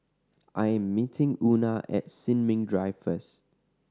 I am meeting Una at Sin Ming Drive first